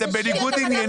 אבל אתם בניגוד עניינים.